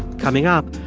coming up,